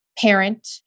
parent